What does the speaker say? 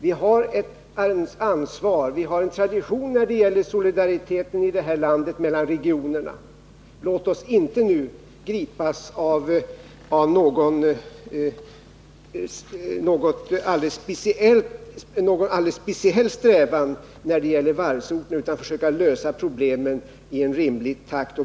Vi har en tradition som vilar på solidaritet mellan regionerna i vårt land. Låt oss nu inte gripas av någon alldeles speciell strävan när det gäller varvsorter utan försöka lösa problemen i en rimlig takt!